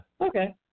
Okay